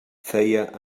feia